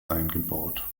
eingebaut